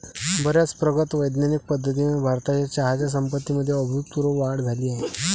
बर्याच प्रगत वैज्ञानिक पद्धतींमुळे भारताच्या चहाच्या संपत्तीमध्ये अभूतपूर्व वाढ झाली आहे